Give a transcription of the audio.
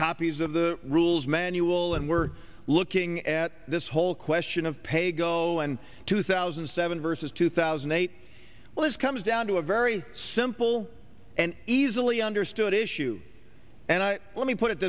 copies of the rules manual and we're looking at this whole question of paygo and two thousand and seven versus two thousand and eight well this comes down to a very simple and easily understood issue and let me put it